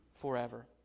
forever